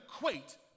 equate